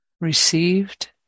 received